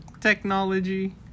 technology